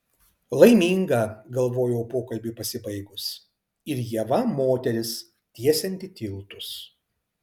laiminga galvojau pokalbiui pasibaigus ir ieva moteris tiesianti tiltus